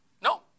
No